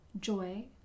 joy